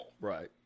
right